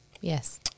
Yes